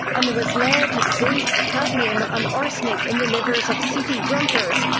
and there was lead, zinc, cadmium and arsenic in the livers of sooty grunters,